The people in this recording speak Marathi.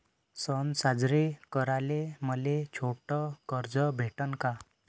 सन साजरे कराले मले छोट कर्ज भेटन का?